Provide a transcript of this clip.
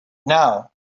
now